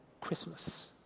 Christmas